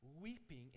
weeping